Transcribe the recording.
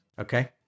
okay